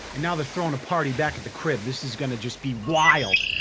and now they're throwing a party back at the crib this is gonna just be wild.